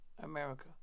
America